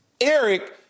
Eric